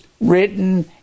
written